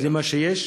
זה מה שיש.